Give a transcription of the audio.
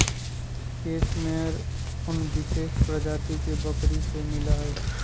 case मेयर उन विशेष प्रजाति के बकरी से मिला हई